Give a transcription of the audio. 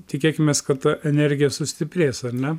tikėkimės kad ta energija sustiprės ar ne